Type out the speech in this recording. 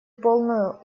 полную